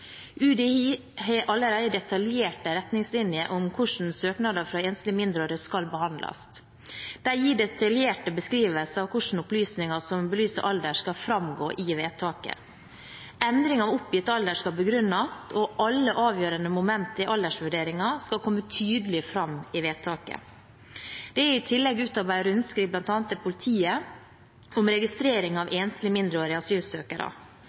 UDI har allerede detaljerte retningslinjer om hvordan søknader fra enslige mindreårige skal behandles. De gir detaljerte beskrivelser av hvordan opplysninger som belyser alder, skal framgå i vedtaket. Endring av oppgitt alder skal begrunnes, og alle avgjørende momenter i aldersvurderingen skal komme tydelig fram i vedtaket. Det er i tillegg utarbeidet rundskriv, bl.a. til Politiet, om registrering av enslige mindreårige asylsøkere.